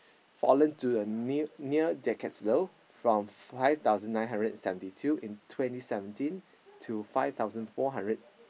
fallen to a new near decades low from five thousand nine hundred and seventy two in twenty seventeen to five thousand four hundred